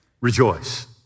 rejoice